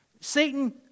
Satan